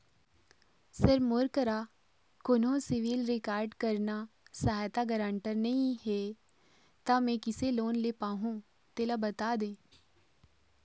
sir मोर करा कोन्हो सिविल रिकॉर्ड करना सहायता गारंटर नई हे ता मे किसे लोन ले पाहुं तेला बता दे